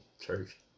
church